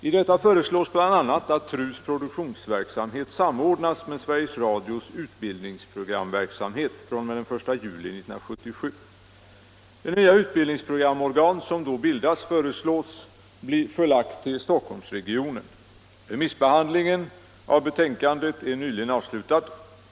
I detta föreslås bl.a. att TRU:s produktionsverksamhet samordnas med Sveriges Radios utbildningsprogramverksamhet fr.o.m. den 1 juli 1977. Det nya utbildningsprogramorgan som då bildas föreslås bli förlagt till Stockholmsregionen. Remissbehandlingen av betänkandet är nyligen avslutad.